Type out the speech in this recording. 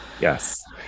Yes